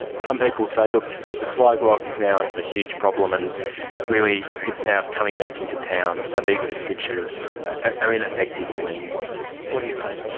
some people say, look, the sly grog is now a huge problem and really it's now coming back into town, so these restrictions are ineffective or meaningless. what do you say to that?